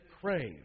crave